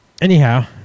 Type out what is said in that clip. Anyhow